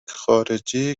خارجی